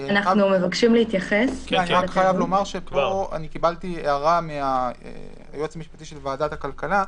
אני חייב לומר שפה קיבלתי הערה מהיועץ המשפטי של ועדת הכלכלה,